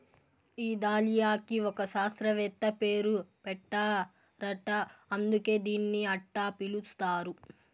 ఈ దాలియాకి ఒక శాస్త్రవేత్త పేరు పెట్టారట అందుకే దీన్ని అట్టా పిలుస్తారు